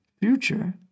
future